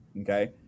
Okay